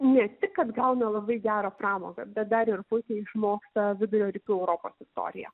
ne tik kad gauna labai gerą pramogą bet dar ir puikiai išmoksta vidurio rytų europos istoriją